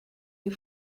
you